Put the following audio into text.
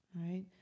right